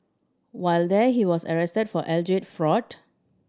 while there he was arrested for alleged fraud